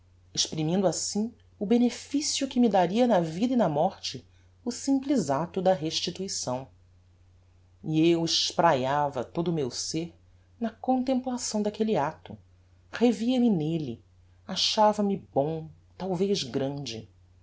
exprimindo assim o beneficio que me daria na vida e na morte o simples acto da restituição e eu espraiava todo o meu ser na contemplação daquelle acto revia me nelle achava-me bom talvez grande